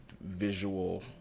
visual –